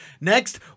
Next